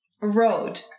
road